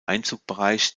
einzugsbereich